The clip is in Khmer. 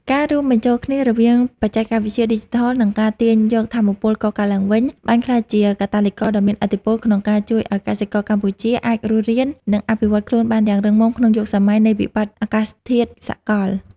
ការរួមបញ្ចូលគ្នារវាងបច្ចេកវិទ្យាឌីជីថល និងការទាញយកថាមពលកកើតឡើងវិញ បានក្លាយជាកាតាលីករដ៏មានឥទ្ធិពលក្នុងការជួយឱ្យកសិករកម្ពុជាអាចរស់រាន និងអភិវឌ្ឍខ្លួនបានយ៉ាងរឹងមាំក្នុងយុគសម័យនៃវិបត្តិអាកាសធាតុសកល។